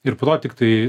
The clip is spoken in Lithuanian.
ir po to tiktai